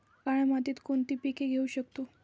काळ्या मातीत कोणती पिके घेऊ शकतो?